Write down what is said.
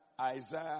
Isaiah